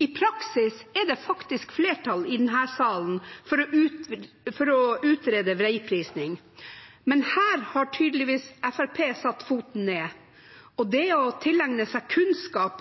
I praksis er det faktisk flertall i denne salen for å utrede vegprising, men her har tydeligvis Fremskrittspartiet satt foten ned. Det å tilegne seg kunnskap